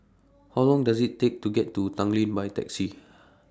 How Long Does IT Take to get to Tanglin By Taxi